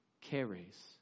Carries